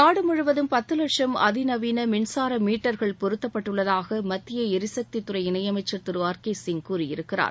நாடு முழுவதும் பத்து லட்சம் அதிநவீன மின்சார மீட்டர்கள் பொருத்தப்பட்டுள்ளதாக மத்திய எரிசக்தித்துறை இணையமைச்சர் திரு ஆர் கே சிங் கூறியிருக்கிறார்